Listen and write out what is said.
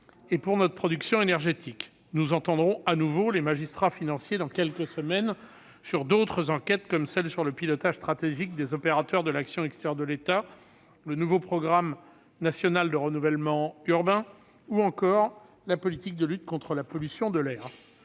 et notre production énergétique. Un scandale ! Nous entendrons de nouveau les magistrats financiers dans quelques semaines sur d'autres enquêtes, comme celles qui concernent le pilotage stratégique des opérateurs de l'action extérieure de l'État, le nouveau programme national de renouvellement urbain, ou encore la politique de lutte contre la pollution de l'air.